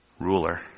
ruler